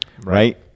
Right